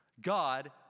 God